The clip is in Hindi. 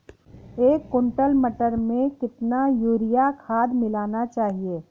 एक कुंटल मटर में कितना यूरिया खाद मिलाना चाहिए?